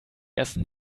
ersten